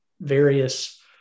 various